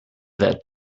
that